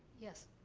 yes?